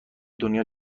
دنیا